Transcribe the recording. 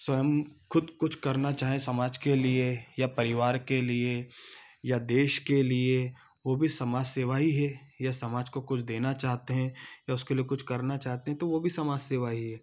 स्वयं खुद कुछ करना चाहें समाज के लिए या परिवार के लिए या देश के लिए वो भी समाज सेवा ही है या समाज को कुछ देना चाहते हैं या उसके लिए कुछ करना चाहते हैं तो वो भी समाज सेवा ही है